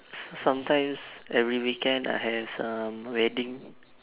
some~ some~ sometimes every weekend I have um wedding